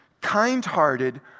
kind-hearted